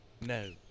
No